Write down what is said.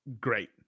great